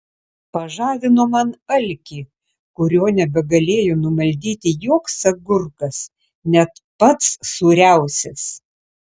pažadino man alkį kurio nebegalėjo numaldyti joks agurkas net pats sūriausias